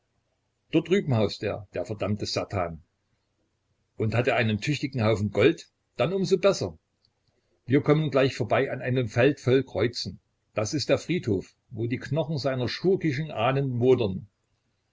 dort drüben haust er der verdammte satan und hat er einen tüchtigen haufen gold dann um so besser wir kommen gleich vorbei an einem feld voll kreuzen das ist der friedhof wo die knochen seiner schurkischen ahnen modern